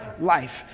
life